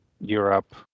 Europe